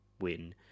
win